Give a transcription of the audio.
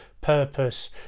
purpose